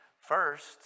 first